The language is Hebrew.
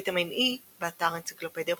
ויטמין E, באתר אנציקלופדיה בריטניקה